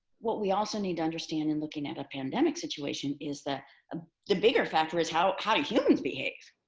what we also need to understand in looking at a pandemic situation is that um the bigger factor is how how do humans behave.